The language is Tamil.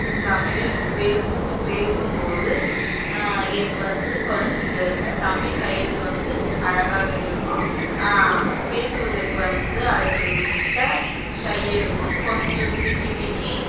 தமிழில் பேசு பேசும்போது எனக்கு வந்து கொஞ்சம் தமிழ் கையெழுத்து வந்து அழகாக இருக்கும் பேசுவதற்கு வந்து அடுத்தவங்கிட்ட ஷையாக இருக்கும் கொஞ்சம் திக்கி திக்கி